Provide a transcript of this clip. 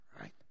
right